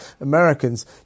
Americans